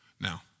Now